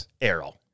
arrow